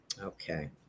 Okay